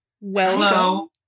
Welcome